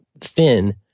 thin